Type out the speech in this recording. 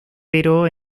pero